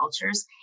cultures